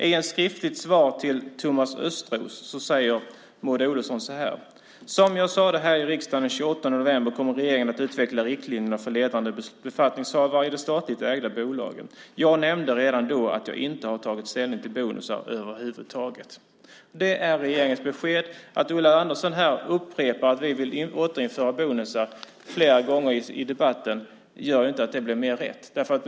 I ett skriftligt svar till Thomas Östros säger Maud Olofsson: Som jag sade här i riksdagen den 28 november kommer regeringen att utveckla riktlinjerna för ledande befattningshavare i de statligt ägda bolagen. Jag nämnde redan då att jag inte har tagit ställning till bonusar över huvud taget. Det är alltså regeringens besked. Att Ulla Andersson här i debatten flera gånger upprepar att vi vill återinföra bonusar gör inte att det blir mer rätt.